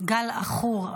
גל עכור.